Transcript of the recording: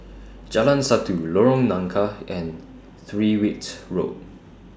Jalan Satu Lorong Nangka and Tyrwhitt Road